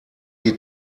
die